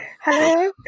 Hello